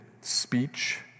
speech